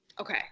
Okay